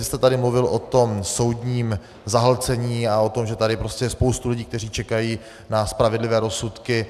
Vy jste tady mluvil o tom soudním zahlcení a o tom, že tady je spousta lidí, kteří čekají na spravedlivé rozsudky.